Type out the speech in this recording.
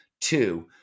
Two